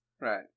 Right